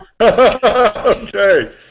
Okay